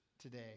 today